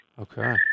Okay